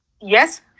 Yes